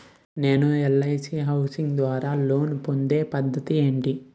నేను ఎల్.ఐ.సి హౌసింగ్ ద్వారా లోన్ పొందే పద్ధతి ఏంటి?